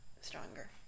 stronger